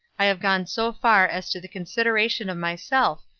i have gone so far as to the consideration of myself,